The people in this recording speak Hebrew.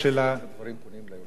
בתחילת הדברים פונים ליושב-ראש.